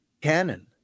canon